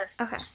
Okay